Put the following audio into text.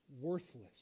worthless